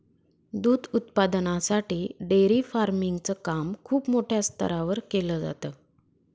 दूध उत्पादनासाठी dairy farming च काम खूप मोठ्या स्तरावर केल जात